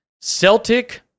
Celtic